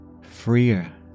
Freer